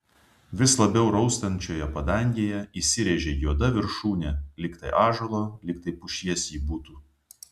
vis labiau raustančioje padangėje įsirėžė juoda viršūnė lyg tai ąžuolo lyg tai pušies ji būtų